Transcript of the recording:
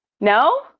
No